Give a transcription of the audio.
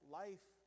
life